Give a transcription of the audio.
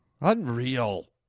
Unreal